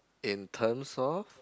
in terms of